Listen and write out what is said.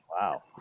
wow